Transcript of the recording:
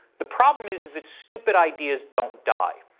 the problem is, is that stupid ideas don't die.